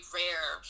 rare